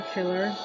Killer